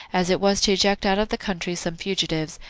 as it was to eject out of the country some fugitives,